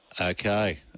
Okay